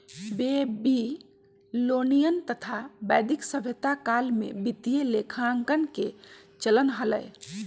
Babylonian तथा वैदिक सभ्यता काल में वित्तीय लेखांकन के चलन हलय